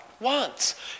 wants